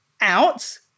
out